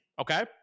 Okay